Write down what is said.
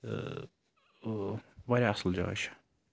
واریاہ اَصل جاے چھِ